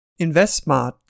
InvestSmart